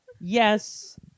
Yes